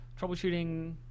troubleshooting